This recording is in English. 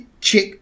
Check